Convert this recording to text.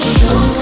Show